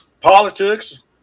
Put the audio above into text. politics